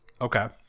Okay